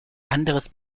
anderes